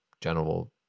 general